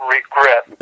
Regret